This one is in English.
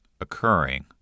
occurring